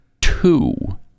two